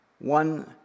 One